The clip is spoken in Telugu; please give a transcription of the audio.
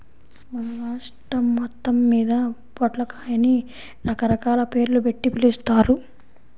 మన రాష్ట్రం మొత్తమ్మీద పొట్లకాయని రకరకాల పేర్లుబెట్టి పిలుస్తారు